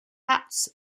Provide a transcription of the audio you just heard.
hats